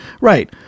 Right